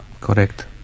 correct